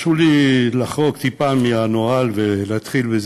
אנחנו ממשיכים בסדר-היום: הצעת חוק הסדרת